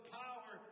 power